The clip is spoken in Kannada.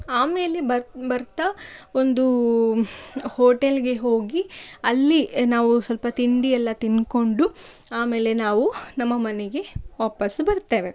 ಆಮೇಲೆ ಬರ್ ಬರ್ತಾ ಒಂದು ಹೋಟೆಲ್ಗೆ ಹೋಗಿ ಅಲ್ಲಿ ನಾವು ಸ್ವಲ್ಪ ತಿಂಡಿಯೆಲ್ಲ ತಿನ್ಕೊಂಡು ಆಮೇಲೆ ನಾವು ನಮ್ಮ ಮನೆಗೆ ವಾಪಸ್ಸು ಬರ್ತೇವೆ